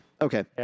okay